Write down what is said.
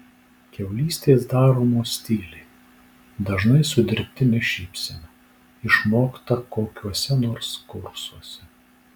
kiaulystės daromos tyliai dažnai su dirbtine šypsena išmokta kokiuose nors kursuose